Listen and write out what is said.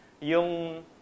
yung